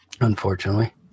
unfortunately